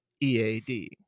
EAD